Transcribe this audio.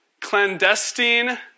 clandestine